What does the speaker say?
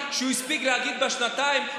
אבל אני מציע לך